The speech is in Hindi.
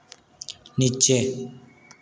नीचे